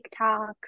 TikToks